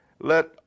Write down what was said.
let